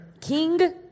King